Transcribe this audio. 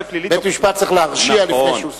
בית-משפט צריך להרשיע לפני שהוא סוגר.